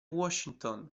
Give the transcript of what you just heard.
washington